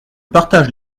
partage